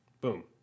Boom